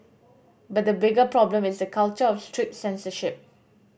but the bigger problem is the culture of strict censorship